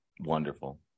Wonderful